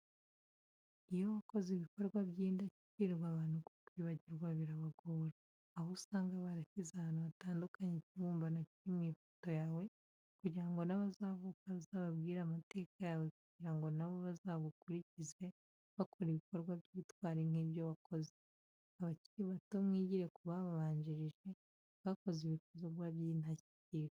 Iyo wakoze ibikorwa by'intashyikirwa abantu kukwibagirwa birabagora, aho usanga barashyize ahantu hatandukanye ikibumbano kiri mu ifoto yawe, kugira ngo n'abazavuka bazababwire amateka yawe kugira ngo na bo bazagukurikize bakora ibikorwa by'ubutwari nk'ibyo wakoze. Abakiri bato mwigire ku babanjirije bakoze ibikorwa by'intashyikirwa.